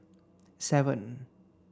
seven